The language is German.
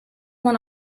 man